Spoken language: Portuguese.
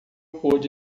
pôde